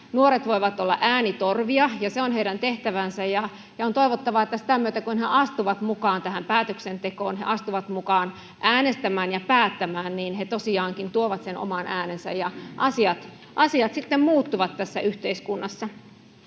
nuoret voivat olla äänitorvia, ja se on heidän tehtävänsä. Ja on toivottavaa, että sitä myötä, kun he astuvat mukaan tähän päätöksentekoon, astuvat mukaan äänestämään ja päättämään, niin he tosiaankin tuovat sen oman äänensä ja asiat sitten muuttuvat tässä yhteiskunnassa.